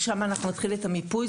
שמשם אנחנו נתחיל את המיפוי.